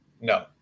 No